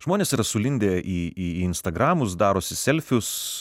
žmonės yra sulindę į į instagramus darosi selfius